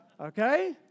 Okay